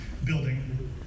building